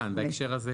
בהקשר הזה.